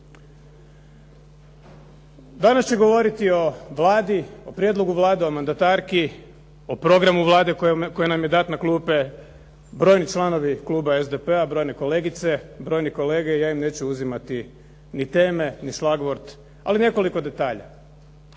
Danas će govoriti o Vladi, o prijedlogu Vlade, o mandatarki, o programu Vlade koji nam je dat na klupe brojni članovi kluba SDP-a, brojne kolegice, brojni kolege, ja ću im neću uzimati ni teme i šlagvort, ali nekoliko detalja.